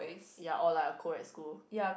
ya all lah coed school